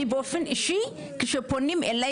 אני באופן אישי כשפונים אליי,